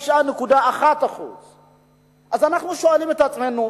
9.1%. אז אנחנו שואלים את עצמנו,